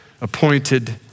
appointed